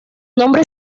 nombre